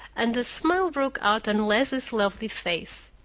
and a smile broke out on leslie's lovely face.